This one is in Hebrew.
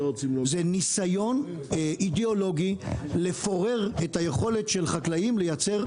זה ניסיון אידיאולוגי לפורר את היכולת של חקלאים לייצר,